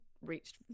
reached